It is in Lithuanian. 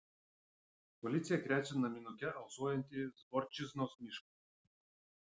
policija krečia naminuke alsuojantį zborčiznos mišką